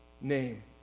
name